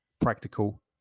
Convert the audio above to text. practical